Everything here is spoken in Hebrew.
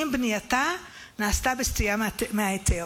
אם בנייתה נעשתה בסטייה מההיתר.